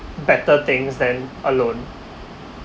better things than alone